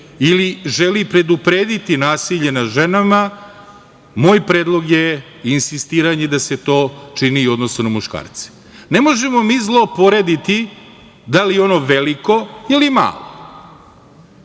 ili želi preduprediti nasilje nad ženama moj predlog je insistiranje da se to čini i u odnosu na muškarce. Ne možemo zlo porediti da li je ono veliko ili malo.